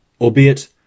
albeit